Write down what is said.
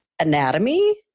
anatomy